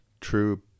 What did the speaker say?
true